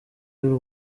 y’u